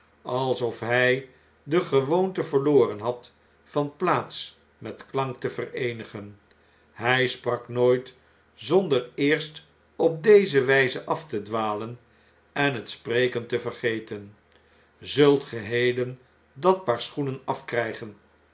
alsof hij de gewoonte verloren had van plaats met klank te vereenigen hn sprak nooit zonder eerst op deze wnze af te dwalen en het spreken te vergeten zult ge heden dat paar schoenen afkrjjgen